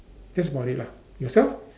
that's about it lah yourself